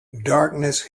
darkness